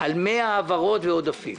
על 100 העברות ועודפים